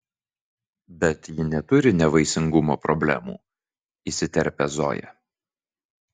bet ji neturi nevaisingumo problemų įsiterpia zoja